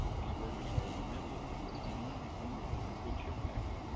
these workers are in the middle of a routine food and wood chip mix.